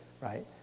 right